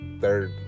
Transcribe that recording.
third